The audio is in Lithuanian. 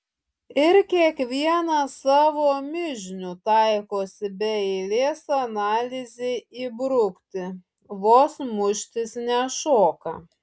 ir kiekvienas savo mižnių taikosi be eilės analizei įbrukti vos muštis nešoka